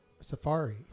Safari